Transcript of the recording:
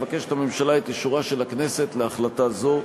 מבקשת הממשלה את אישורה של הכנסת להחלטה זו.